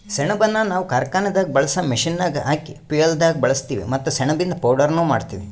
ಸೆಣಬನ್ನ ನಾವ್ ಕಾರ್ಖಾನೆದಾಗ್ ಬಳ್ಸಾ ಮಷೀನ್ಗ್ ಹಾಕ ಫ್ಯುಯೆಲ್ದಾಗ್ ಬಳಸ್ತೀವಿ ಮತ್ತ್ ಸೆಣಬಿಂದು ಪೌಡರ್ನು ಮಾಡ್ತೀವಿ